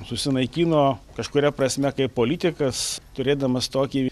susinaikino kažkuria prasme kaip politikas turėdamas tokį